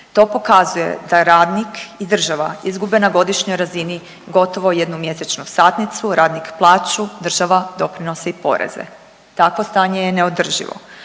To pokazuje da radnik i država izgube na godišnjoj razini gotovo jednomjesečnu satnicu, radnik plaću, država doprinose i poreze, takvo stanje je neodrživo.